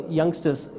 youngsters